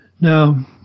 Now